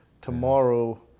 Tomorrow